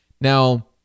Now